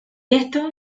esto